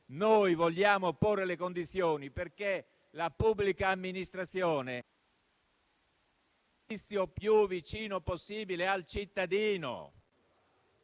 noi vogliamo porre le condizioni perché la pubblica amministrazione dia un servizio il più vicino possibile al cittadino.